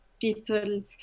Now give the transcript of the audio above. people